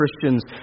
Christians